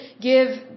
give